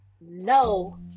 no